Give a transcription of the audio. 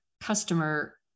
customer